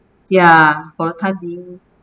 ya for time being